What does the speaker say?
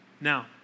Now